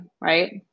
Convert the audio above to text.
right